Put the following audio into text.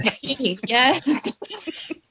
Yes